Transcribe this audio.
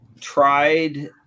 tried